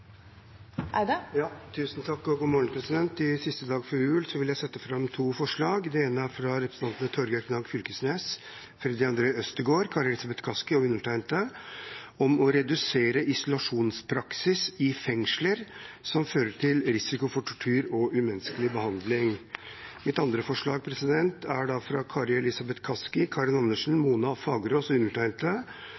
siste dagen før jul vil jeg sette fram to forslag. Det ene er fra representantene Torgeir Knag Fylkesnes, Freddy André Øvstegård, Kari Elisabeth Kaski og undertegnede om å redusere isolasjonspraksis i fengsler som fører til risiko for tortur og umenneskelig behandling. Mitt andre forslag er fra Kari Elisabeth Kaski, Karin Andersen,